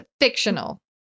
fictional